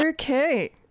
Okay